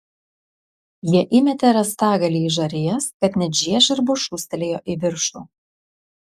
jie įmetė rąstagalį į žarijas kad net žiežirbos šūstelėjo į viršų